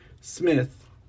Smith